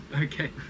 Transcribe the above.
Okay